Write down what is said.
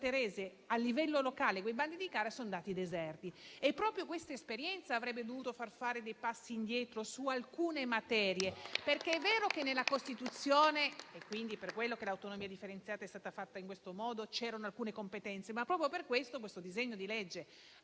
a livello locale, quei bandi di gara sono andati deserti. Proprio questa esperienza avrebbe dovuto far fare dei passi indietro su alcune materie. È vero che nella Costituzione - ed è per questo che l'autonomia differenziata è stata fatta in tal modo - erano previste alcune competenze, ma proprio per questo il disegno di legge